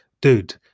dude